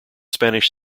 spanish